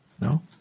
No